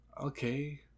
Okay